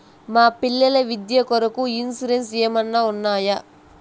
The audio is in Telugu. మా పిల్లల విద్య కొరకు ఇన్సూరెన్సు ఏమన్నా ఉన్నాయా?